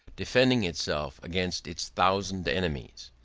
defending itself against its thousand enemies.